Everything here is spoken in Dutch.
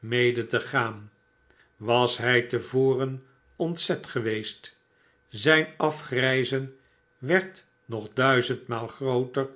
mede te gaan was hij te voren ontzet geweest zijn afgrijzen werd nogduizendmaal grooter